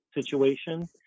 situation